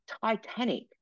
Titanic